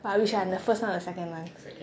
but which one first one or the second one